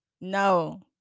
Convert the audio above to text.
No